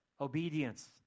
Obedience